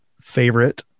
favorite